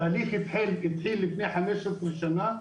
התהליך התחיל לפני חמש עשרה שנה,